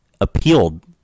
appealed